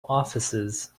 offices